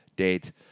dead